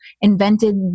invented